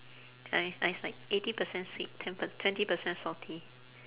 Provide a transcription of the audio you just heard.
ya it's ya it's like eighty percent sweet ten per~ twenty percent salty